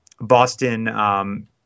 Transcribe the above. Boston